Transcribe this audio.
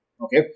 Okay